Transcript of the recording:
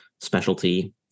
specialty